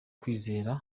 kwizera